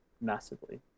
massively